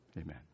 Amen